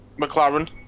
McLaren